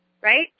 right